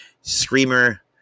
screamer